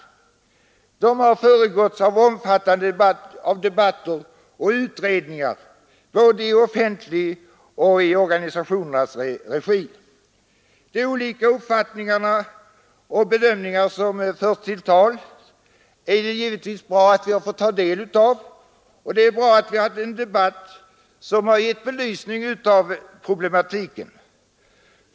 De har föregåtts av debatter och utredningar både i offentlig regi och i organisationernas. De olika uppfattningar och bedömningar som förts till torgs är det givetvis bra att vi har fått ta del av, och det är bra att vi haft en debatt som givit en belysning av problematiken.